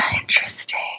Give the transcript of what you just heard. Interesting